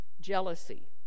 jealousy